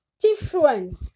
different